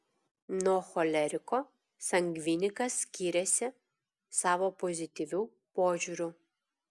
nuo choleriko sangvinikas skiriasi savo pozityviu požiūriu